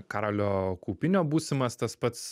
karolio kaupinio būsimas tas pats